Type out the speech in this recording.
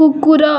କୁକୁର